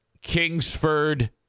Kingsford